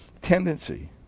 tendency